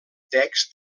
text